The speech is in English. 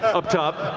up top.